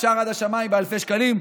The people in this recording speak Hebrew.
אפשר עד השמיים באלפי שקלים,